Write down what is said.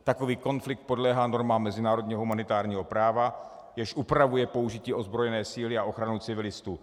Takový konflikt podléhá normám mezinárodního humanitárního práva, jež upravuje použití ozbrojené síly a ochranu civilistů.